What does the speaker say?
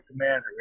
Commander